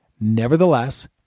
nevertheless